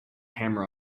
hammer